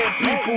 people